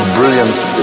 brilliance